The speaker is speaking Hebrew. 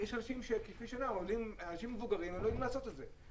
יש אנשים מבוגרים, הם לא יודעים לעשות את זה.